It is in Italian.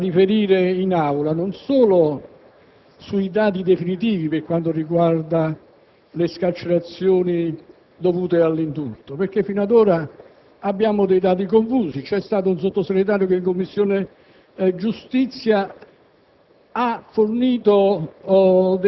tenuto a riferire qui in Aula, e non solo sui dati definitivi per quanto riguarda le scarcerazioni dovute all'indulto, perché fino ad ora abbiamo dati confusi. Un Sottosegretario in Commissione giustizia